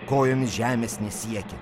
kojomis žemės nesiekia